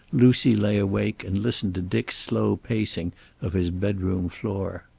lucy lay awake and listened to dick's slow pacing of his bedroom floor.